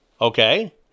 okay